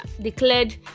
declared